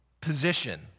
position